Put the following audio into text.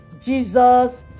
Jesus